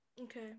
Okay